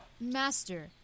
Master